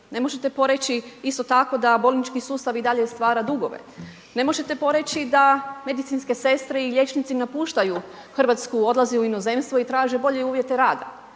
ne možete poreći, isto tako, da bolnički sustav i dalje stvara dugove. Ne možete poreći da medicinske sestre i liječnici napuštaju Hrvatsku, odlaze u inozemstvo i traže bolje uvjete rada.